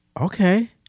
okay